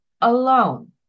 alone